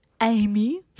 Amy